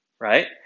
right